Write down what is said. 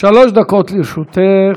שלוש דקות לרשותך.